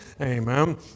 Amen